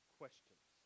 questions